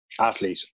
athlete